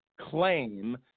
claim